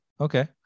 Okay